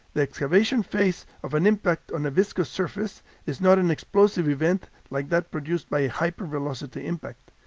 the excavation phase of an impact on a viscous surface is not an explosive event like that produced by a hypervelocity impact.